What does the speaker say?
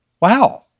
wow